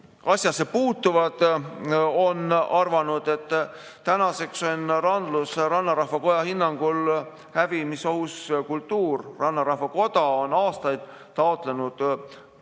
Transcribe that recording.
asjasse puutuvad arvanud? Tänaseks on randlus Rannarahva Koja hinnangul hävimisohus kultuur. Rannarahva Koda on aastaid taotlenud õiguslikult